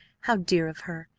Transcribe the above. how dear of her!